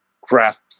craft